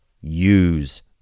use